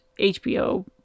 HBO